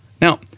now